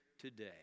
today